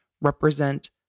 represent